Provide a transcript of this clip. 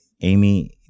Amy